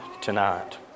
tonight